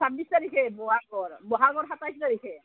ছাব্বিছ তাৰিখে বহাগৰ বহাগৰ সাতাইছ তাৰিখে